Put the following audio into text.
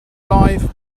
live